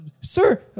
Sir